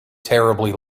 terribly